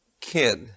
kid